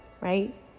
right